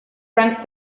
frank